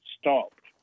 stopped